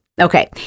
Okay